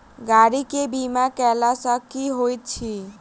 गाड़ी केँ बीमा कैला सँ की होइत अछि?